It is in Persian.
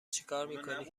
چیکار